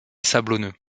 sablonneux